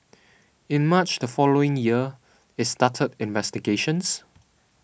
in March the following year it started investigations